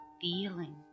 feeling